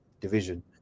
division